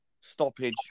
stoppage